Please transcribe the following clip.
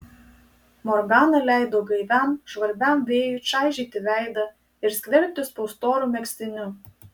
morgana leido gaiviam žvarbiam vėjui čaižyti veidą ir skverbtis po storu megztiniu